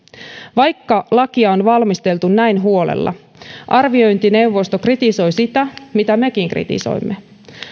vaikka lakia on valmisteltu näin huolella arviointineuvosto kritisoi sitä mitä mekin kritisoimme